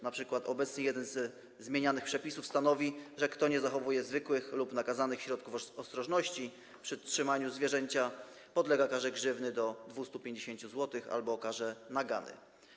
Na przykład obecnie jeden ze zmienianych przepisów stanowi: Kto nie zachowuje zwykłych lub nakazanych środków ostrożności przy trzymaniu zwierzęcia, podlega karze grzywny do 250 zł albo karze nagany.